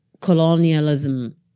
colonialism